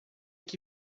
que